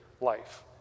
life